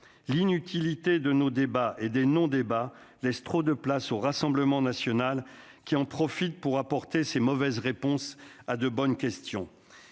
L'inutilité de nos débats et non-débats laisse trop de place au Rassemblement national, qui en profite pour apporter ses mauvaises réponses à de bonnes questions.